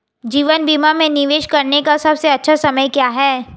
जीवन बीमा में निवेश करने का सबसे अच्छा समय क्या है?